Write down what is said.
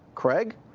craig?